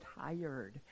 tired